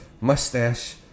mustache